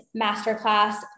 masterclass